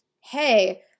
hey